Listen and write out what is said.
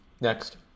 Next